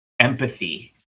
empathy